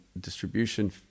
distribution